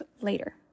later